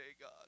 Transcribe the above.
God